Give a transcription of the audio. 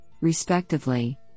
respectively